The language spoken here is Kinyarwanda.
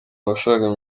abasaga